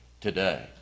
today